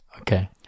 Okay